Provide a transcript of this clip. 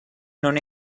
non